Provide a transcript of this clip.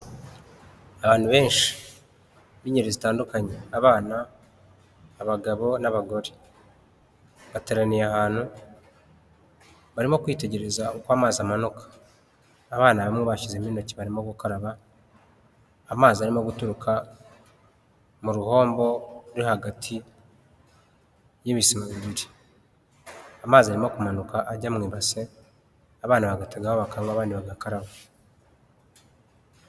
Abantu benshi b'ingeri zitandukanye, abana, abagabo n'abagore bateraniye ahantu barimo kwitegereza uko amazi amanuka abana bamwe bashyizemo intoki barimo gukaraba amazi arimo guturuka mu ruhombo ruri hagati y'ibisumba bibiri, amazi arimo kumanuka ajya mu ibase abana bagategaho bakanywa abandi bagakaraba.